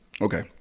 Okay